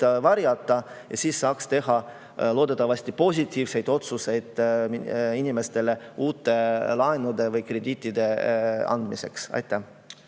varjata. Siis saab teha loodetavasti positiivseid otsuseid inimestele uue laenu või krediidi andmiseks. Aitäh!